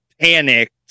panicked